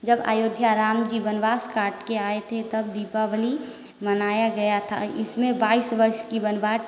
जब अयोध्या राम जी वनवास काट के आए थे तब दीपावली मनाया गया था इसमें बाईस वर्ष की वनवास